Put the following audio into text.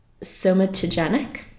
somatogenic